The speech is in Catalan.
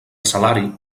salari